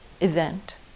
event